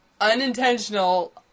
unintentional